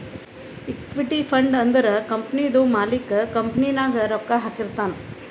equity fund ಅಂದುರ್ ಕಂಪನಿದು ಮಾಲಿಕ್ಕ್ ಕಂಪನಿ ನಾಗ್ ರೊಕ್ಕಾ ಹಾಕಿರ್ತಾನ್